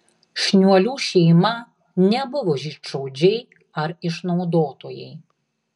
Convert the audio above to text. šniuolių šeima nebuvo žydšaudžiai ar išnaudotojai